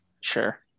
Sure